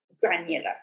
granular